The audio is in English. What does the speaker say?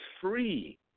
free